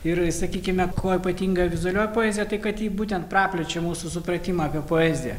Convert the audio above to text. ir sakykime kuo ypatinga vizualioji poezija tai kad ji būtent praplečia mūsų supratimą apie poeziją